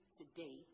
today